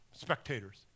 spectators